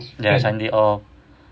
ya sunday off